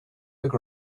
look